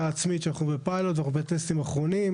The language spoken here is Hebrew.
עצמית שאנחנו בפיילוט ואנחנו בטסטים אחרונים.